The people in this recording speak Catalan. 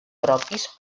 propis